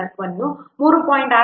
6 501